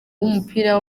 w’umupira